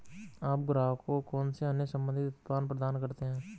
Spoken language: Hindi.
आप ग्राहकों को कौन से अन्य संबंधित उत्पाद प्रदान करते हैं?